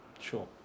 Sure